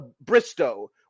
Bristow